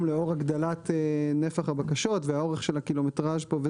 לאור הגדלת נפח הבקשות והאורך של הקילומטראז' פה.